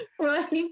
Right